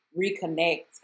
reconnect